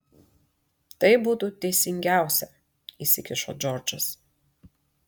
tai būtų teisingiausia įsikišo džordžas